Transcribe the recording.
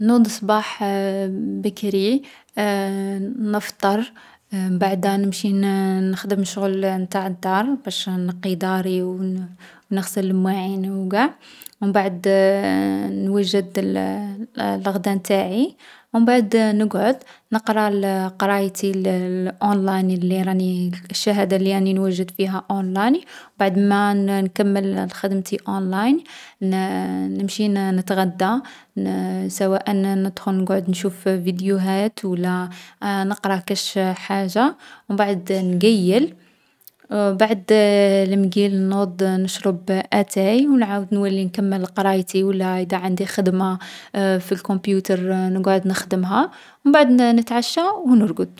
نوض الصباح بكري، نفطر، مبعدا نمشي نـ نخدم الشغل نتاع الدار، باش نقي داري و نـ نغسل الماعين و قاع. و مبعد نوجّد الـ الغدا نتاعي، و مبعد نقعد نقرا الـ قرايتي الـ الأونلاين لي راني نـ الشهادة لي راني نوجد فيها أونلاين. ومبعد ما نـ نكمل خدمتي أونلاين، نـ نمشي نـ نتغدا، نـ سواءً ندخل نقعد نشوف فيديوهات و لا نقرا كاش حاجة، و مبعد نقيّل. و بعد المقيل، نوض نشرب آتاي و نعاود نولي نكمل قرايتي و لا ادا عندي خدمة في الكمبيوتر نقعد نخدمها. و مبعد نـ نتعشى و نرقد.